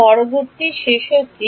পরবর্তী শেষ অবধি